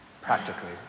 practically